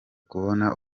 kubona